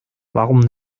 warum